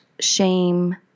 shame